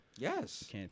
Yes